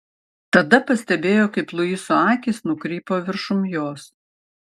tada pastebėjo kaip luiso akys nukrypo viršum jos